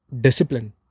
discipline